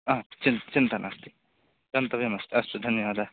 हा चिन्ता चिन्ता नस्ति गन्तव्यमस्ति अस्तु धन्यवादाः